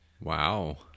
Wow